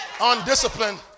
undisciplined